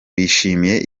bishimiye